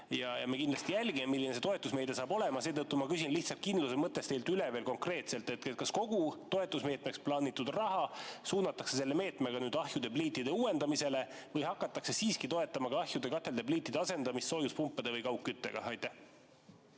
Me kindlasti jälgime, milline see toetusmeede saab olema. Seetõttu ma küsin lihtsalt kindluse mõttes teilt veel konkreetselt üle: kas kogu toetusmeetmeks plaanitud raha suunatakse selle meetmega nüüd ahjude ja pliitide uuendamisele või hakatakse siiski toetama ka ahjude, katelde, pliitide asendamist soojuspumpade või kaugküttega? Aitäh,